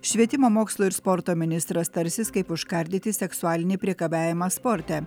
švietimo mokslo ir sporto ministras tarsis kaip užkardyti seksualinį priekabiavimą sporte